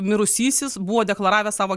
mirusysis buvo deklaravęs savo